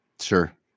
Sure